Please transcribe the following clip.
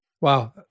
Wow